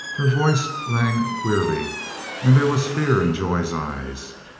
her voice rang queerly and there was fear in joy's eyes.